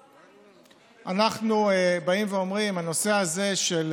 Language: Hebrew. אנחנו באים ואומרים: הנושא הזה של